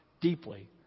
deeply